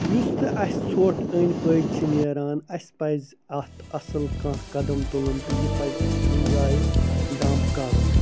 یُس تہِ اَسہِ ژھۄٹھ أنٛدۍ پٔکۍ چھُ نیران اَسہِ پَزِ اتھ اصل کانٛہہ قَدَم تُلُن تہٕ یہِ پَزِ اَسہِ کُنہِ جایہِ ڈمپ کَرُن